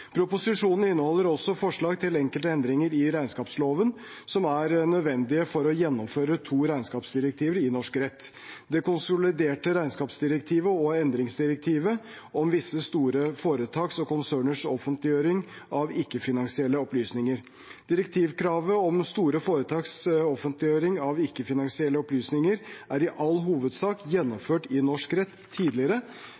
Proposisjonen inneholder også forslag til enkelte endringer i regnskapsloven, som er nødvendige for å gjennomføre to regnskapsdirektiver i norsk rett – det konsoliderte regnskapsdirektivet og endringsdirektivet om visse store foretaks og konserners offentliggjøring av ikke-finansielle opplysninger. Direktivkravet om store foretaks offentliggjøring av ikke-finansielle opplysninger er i all hovedsak